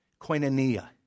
koinonia